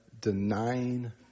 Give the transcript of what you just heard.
denying